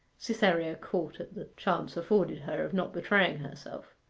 cytherea caught at the chance afforded her of not betraying herself.